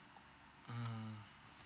mm